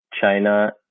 China